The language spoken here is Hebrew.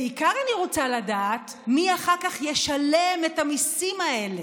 בעיקר אני רוצה לדעת מי אחר כך ישלם את המיסים האלה,